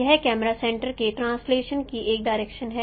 यह camera centre के translation की एक डायरेक्शन है